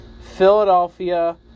Philadelphia